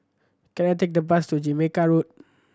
can I take the bus to Jamaica Road